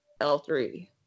L3